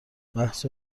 بحث